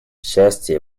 счастья